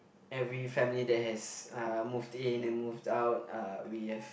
every family that has uh moved in and moved out uh we have